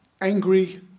angry